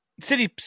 City